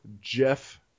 Jeff